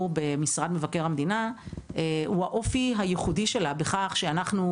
במשרד מבקר המדינה הוא האופי הייחודי שלה בכך שאנחנו,